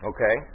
Okay